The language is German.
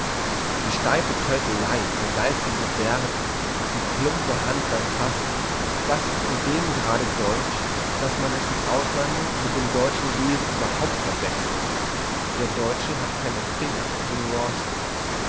die steife tölpelei der geistigen gebärde die plumpe hand beim fassen das ist in dem grade deutsch dass man es im auslande mit dem deutschen wesen überhaupt verwechselt der deutsche hat keine finger für nuances